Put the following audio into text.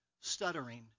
stuttering